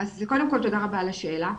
אז קודם כל תודה רבה על השאלה.